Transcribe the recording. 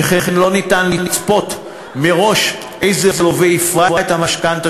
שכן לא ניתן לצפות מראש איזה לווה יפרע את המשכנתה